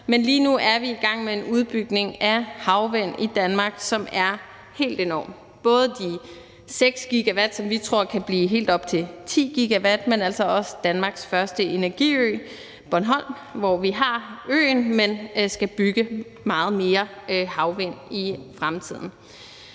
men lige nu er vi i gang med en udbygning af havvindmøllekapaciteten i Danmark, som er helt enorm, både de 6 GW, som vi tror kan blive helt op til 10 GW, men altså også Danmarks første energiø, Bornholm, hvor vi har øen, men skal bygge meget mere havvindmøllekapacitet